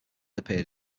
appeared